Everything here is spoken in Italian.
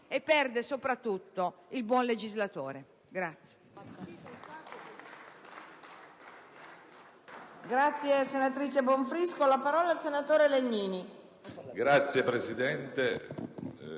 e perde soprattutto il buon legislatore.